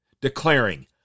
declaring